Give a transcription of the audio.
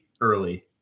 early